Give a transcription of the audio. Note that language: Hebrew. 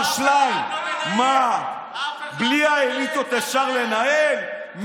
מה, בלי האליטות אפשר לנהל?